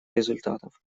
результатов